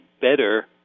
better